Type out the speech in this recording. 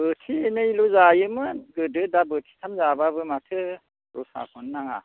बोथिनैल' जायोमोन गोदो दा बोथिथाम जाब्लाबो माथो रसाखौनो नाङा